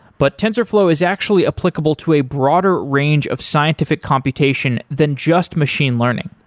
but tensorflow is actually applicable to a broader range of scientific computation than just machine learning.